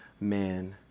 man